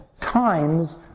times